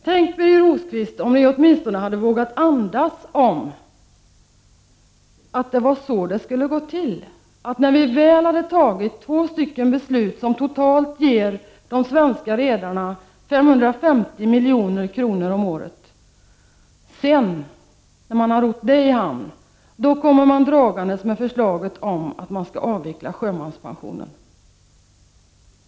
Tänk, Birger Rosqvist, om ni åtminstone hade vågat andas något om att det var så det skulle gå till — att när vi väl hade fattat två beslut som totalt ger de svenska redarna 550 milj.kr. om året, skulle ni komma dragande med förslaget om att avveckla sjömanspensionen!